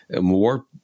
more